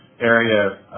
area